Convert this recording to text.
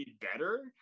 better